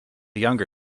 younger